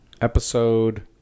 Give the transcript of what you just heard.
Episode